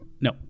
no